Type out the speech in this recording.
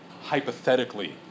hypothetically